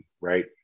right